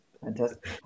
Fantastic